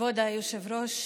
כבוד היושב-ראש,